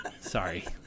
Sorry